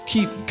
Keep